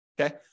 okay